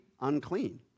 unclean